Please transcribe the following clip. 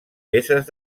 peces